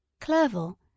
Clerval